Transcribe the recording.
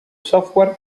software